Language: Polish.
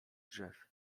drzew